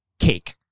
Cake